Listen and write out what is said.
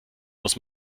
muss